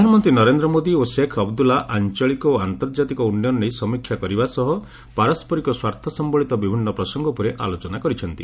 ପ୍ରଧାନମନ୍ତ୍ରୀ ନରେନ୍ଦ୍ର ମୋଦି ଓ ଶେଖ୍ ଅବଦୁଲା ଆଞ୍ଚଳିକ ଓ ଆନ୍ତର୍ଜାତିକ ଉନ୍ନୟନ ନେଇ ସମୀକ୍ଷା କରିବା ସହ ପାରସ୍କରିକ ସ୍ୱାର୍ଥ ସମ୍ପଳିତ ବିଭିନ୍ନ ପ୍ରସଙ୍ଗ ଉପରେ ଆଲୋଚନା କରିଛନ୍ତି